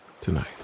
tonight